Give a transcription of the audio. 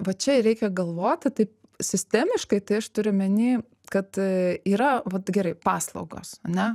vat čia ir reikia galvoti taip sistemiškai tai aš turiu omeny kad yra vat gerai paslaugos a ne